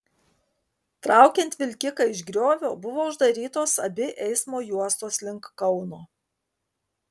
traukiant vilkiką iš griovio buvo uždarytos abi eismo juostos link kauno